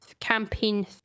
campaign